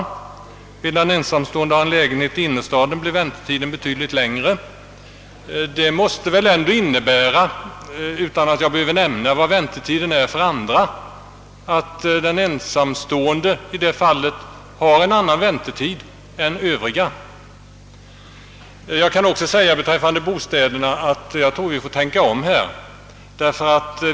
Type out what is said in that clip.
Vill den ensamstående ha en lägenhet i innerstaden, blir väntetiden betydligt längre. Detta måste väl ändå innebära — utan att jag behöver nämna hur lång väntetiden är för andra kategorier — att den ensamstående har en annan väntetid än övriga. Beträffande bostäderna tror jag för övrigt att vi får tänka om.